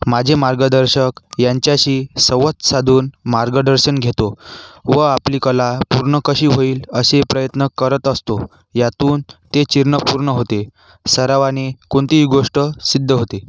माझे मार्गदर्शक यांच्याशी संवाद साधून मार्गदर्शन घेतो व आपली कला पूर्ण कशी होईल असा प्रयत्न करत असतो यातून ते चीर्ण पूर्ण होते सरावाने कोणतीही गोष्ट सिद्ध होते